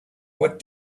what